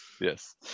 yes